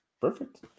perfect